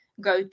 go